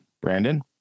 Brandon